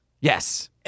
yes